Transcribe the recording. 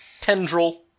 tendril